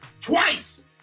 twice